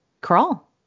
Crawl